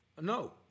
No